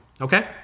Okay